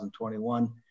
2021